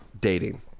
dating